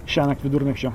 šiąnakt vidurnakčio